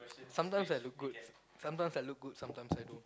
sometimes I look good sometimes I look good sometimes I don't